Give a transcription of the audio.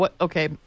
okay